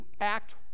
act